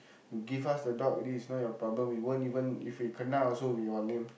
you give us the dog already it's not your problem we won't even if we kena also we your name